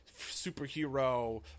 superhero